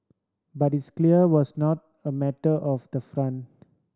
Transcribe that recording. but this clearly was not a matter of the front